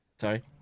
Sorry